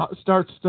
starts